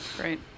Right